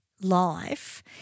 life